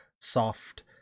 soft